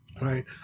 Right